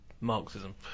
marxism